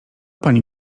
pani